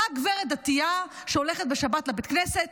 אותה גברת דתייה שהולכת בשבת לבית הכנסת,